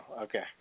Okay